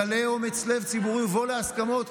גלה אומץ לב ציבורי ובוא להסכמות,